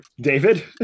david